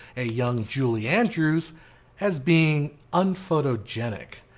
a young julie andrews as being unphotogenic.